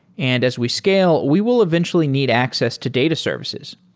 and as we scale, we will eventually need access to data services.